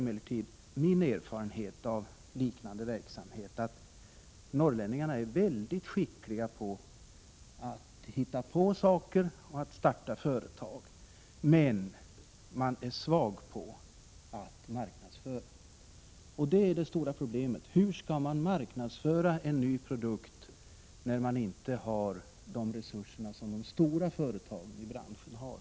Min erfarenhet av liknande verksamhet är att norrlänningarna är mycket skickliga på att hitta på saker och att starta företag, men de är svaga när det gäller att marknadsföra. Det är det stora problemet: hur skall man marknadsföra en ny produkt när man inte har de resurser som de stora företagen i branschen har?